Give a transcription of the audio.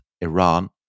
Iran